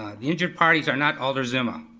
the injured parties are not alder zima.